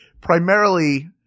primarily